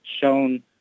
shown